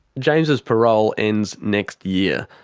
james's parole ends next year,